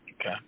okay